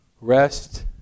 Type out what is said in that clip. rest